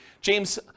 James